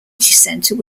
centre